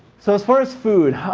so as far as food,